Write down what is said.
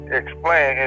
explain